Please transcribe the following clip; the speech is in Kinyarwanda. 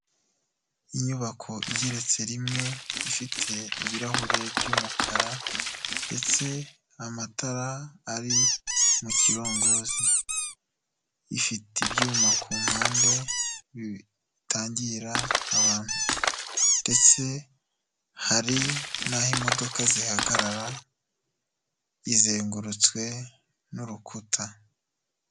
Inyubako igeretse rimwe ifite ibirahure by'umukara, ndetse amatara ari mu kirongozi, ifite ibyuma ku mpande bitangira abantu, ndetse hari n'aho imodoka zihagarara, izengurutswe n'urukuta.